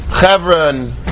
Chevron